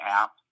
app